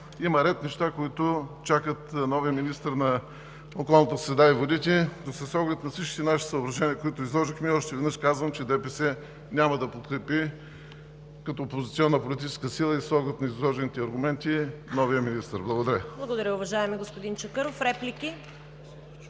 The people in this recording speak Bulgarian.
Има ред неща, които чакат новия министър на околната среда и водите, но с оглед на всички наши съображения, които изложихме, още веднъж казвам, че ДПС няма да подкрепи, като опозиционна политическа сила и с оглед на изложените аргументи, новия министър. Благодаря. ПРЕДСЕДАТЕЛ ЦВЕТА КАРАЯНЧЕВА: Благодаря, уважаеми господин Чакъров. Реплики?